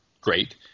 great